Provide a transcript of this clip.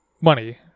money